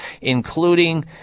including